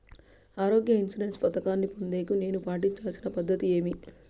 ఆరోగ్య ఇన్సూరెన్సు పథకాన్ని పొందేకి నేను పాటించాల్సిన పద్ధతి ఏమి?